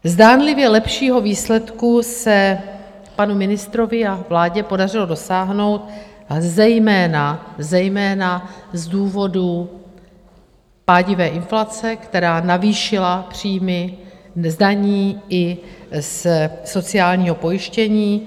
Zdánlivě lepšího výsledku se panu ministrovi a vládě podařilo dosáhnout zejména z důvodu pádivé inflace, která navýšila příjmy z daní i ze sociálního pojištění.